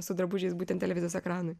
su drabužiais būtent televizijos ekranui